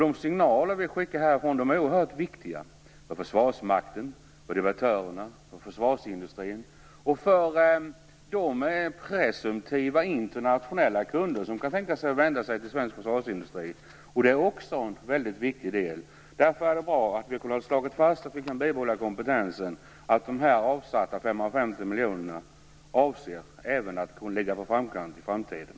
De signaler som vi skickar härifrån är oerhört viktiga för Försvarsmakten, debattörerna, försvarsindustrin och för de presumtiva, internationella kunder som kan tänkas vända sig till den svenska försvarsindustrin. Det är också en viktig del. Därför är det bra att vi har slagit fast att vi kan bibehålla kompetensen och att dessa 550 miljoner avsätts även för att vi skall kunna ligga i framkant i framtiden.